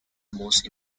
most